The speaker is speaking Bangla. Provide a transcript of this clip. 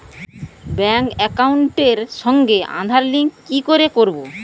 ব্যাংক একাউন্টের সঙ্গে আধার লিংক কি করে করবো?